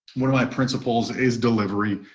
one of my principles is delivery.